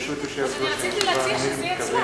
ברשות יושבת-ראש הישיבה,